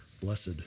blessed